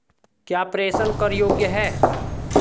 क्या प्रेषण कर योग्य हैं?